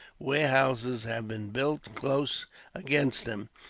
warehouses have been built close against them,